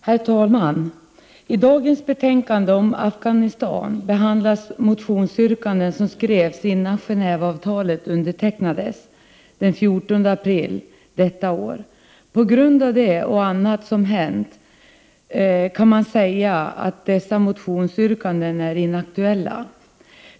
Herr talman! I detta betänkande om Afghanistan behandlas motionsyrkanden som skrevs innan Gen&veavtalet undertecknades den 14 april detta år. På grund av detta och annat som hänt kan dessa motionsyrkanden sägas vara inaktuella.